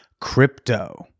crypto